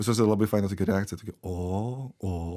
pas juos yra labai faina tokia reakcija tokia o o